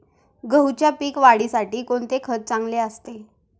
गहूच्या पीक वाढीसाठी कोणते खत चांगले असते?